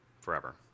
forever